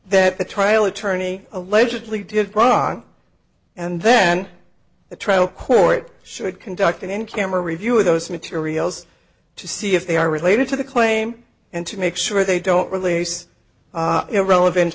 that the trial attorney allegedly did wrong and then the trial court should conduct an in camera review of those materials to see if they are related to the claim and to make sure they don't release relevan